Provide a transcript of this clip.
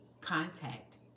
Contact